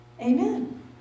Amen